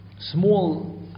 small